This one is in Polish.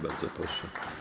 Bardzo proszę.